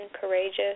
courageous